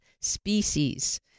species